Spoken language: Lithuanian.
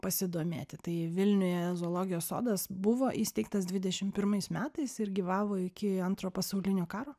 pasidomėti tai vilniuje zoologijos sodas buvo įsteigtas dvidešim pirmais metais ir gyvavo iki antrojo pasaulinio karo